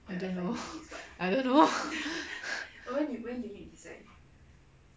I don't know I don't know